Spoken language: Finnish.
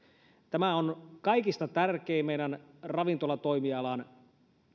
tämä on kaikista tärkein meidän ravintolatoimialan